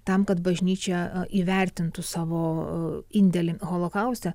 tam kad bažnyčia įvertintų savo indėlį holokauste